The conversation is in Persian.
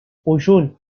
اوشون